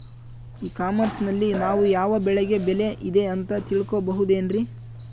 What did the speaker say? E commerce ನಲ್ಲಿ ನಾವು ಯಾವ ಬೆಳೆಗೆ ಬೆಲೆ ಇದೆ ಅಂತ ತಿಳ್ಕೋ ಬಹುದೇನ್ರಿ?